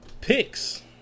picks